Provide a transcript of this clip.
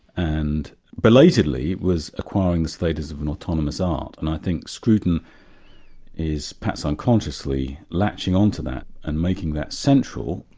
and belatedly, was acquiring the status of an autonomous art, and i think scruton is perhaps unconsciously, latching on to that and making that central,